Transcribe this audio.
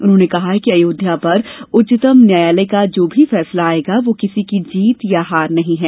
उन्होंने कहा कि अयोध्या पर उच्चतम न्यायालय का जो भी फैसला आयेगा वह किसी की जीत या हार नहीं होगी